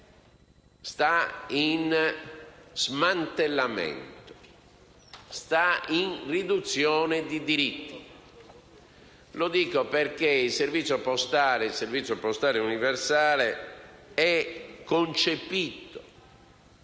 smantellamento, riduzione di diritti. Lo dico perché il servizio postale universale è concepito,